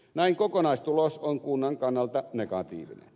näin kokonaistulos on kunnan kannalta negatiivinen